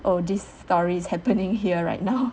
oh this story is happening here right now